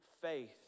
faith